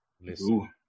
Listen